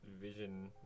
vision